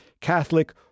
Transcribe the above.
Catholic